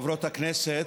גברתי היושבת-ראש,